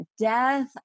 death